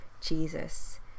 Jesus